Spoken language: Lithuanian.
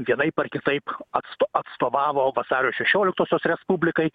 vienaip ar kitaip atsto atstovavo vasario šešioliktosios respublikai